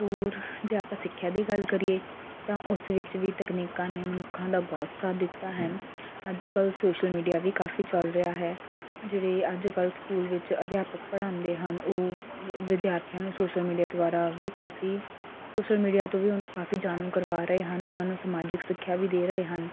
ਹੋਰ ਜੇ ਆਪਾਂ ਸਿੱਖਿਆ ਦੀ ਗੱਲ ਕਰੀਏ ਤਾਂ ਉਸ ਵਿੱਚ ਵੀ ਤਕਨੀਕਾਂ ਨੇ ਮਨੁੱਖਾਂ ਦਾ ਬਹੁਤ ਸਾਥ ਦਿੱਤਾ ਹੈ ਅੱਜ ਕੱਲ੍ਹ ਸੋਸ਼ਲ ਮੀਡੀਆ ਵੀ ਕਾਫੀ ਚੱਲ ਰਿਹਾ ਹੈ ਜਿਹੜੇ ਅੱਜ ਕੱਲ੍ਹ ਸਕੂਲ ਵਿੱਚ ਅਧਿਆਪਕ ਪੜ੍ਹਾਉਂਦੇ ਹਨ ਉਹ ਵਿ ਵਿਦਿਆਰਥੀਆਂ ਨੂੰ ਸੋਸ਼ਲ ਮੀਡੀਆ ਦੁਆਰਾ ਵੀ ਕਾਫੀ ਸੋਸ਼ਲ ਮੀਡੀਆ ਤੋਂ ਵੀ ਉਹ ਕਾਫੀ ਜਾਣੂ ਕਰਵਾ ਰਹੇ ਹਨ ਉਹਨਾਂ ਨੂੰ ਸਮਾਜਿਕ ਸਿੱਖਿਆ ਵੀ ਦੇ ਰਹੇੇ ਹਨ